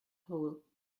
hole